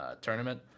tournament